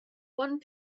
one